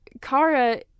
Kara